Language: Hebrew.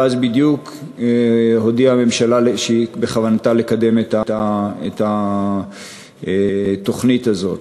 ואז בדיוק הודיעה הממשלה שבכוונתה לקדם את התוכנית הזאת.